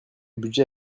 budget